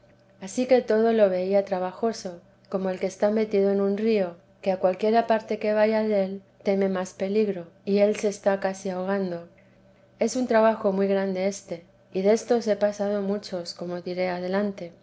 ansí que todo lo veía trabajoso como el que está metido en un río que a cualquiera parte que vaya del teme más peligro y él se está casi ahogando es un trabajo muy grande éste y destos he pasado muchos como diré adelante